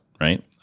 right